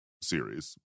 series